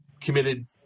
committed